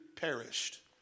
perished